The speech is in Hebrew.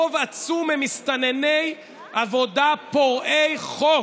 רוב עצום הם מסתנני עבודה פורעי חוק.